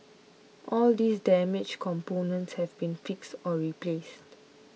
all these damaged components have been fixed or replaced